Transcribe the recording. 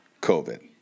covid